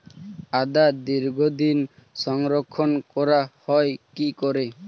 আদা দীর্ঘদিন সংরক্ষণ করা হয় কি করে?